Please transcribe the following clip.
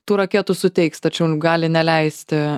tų raketų suteiks tačiau gali neleisti